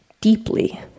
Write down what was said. deeply